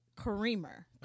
Creamer